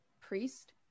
priest